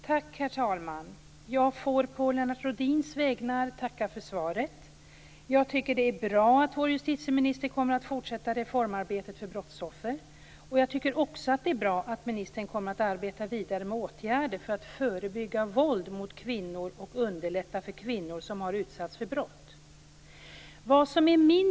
Herr talman! Jag tackar för svaret på Lennart Rohdins vägnar. Jag tycker att det är bra att vår justitieministern kommer att fortsätta reformarbetet för brottsoffer. Jag tycker också att det är bra att ministern kommer att arbeta vidare med åtgärder för att förebygga våld mot kvinnor och underlätta för kvinnor som har utsatts för brott.